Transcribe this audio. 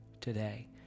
today